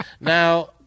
Now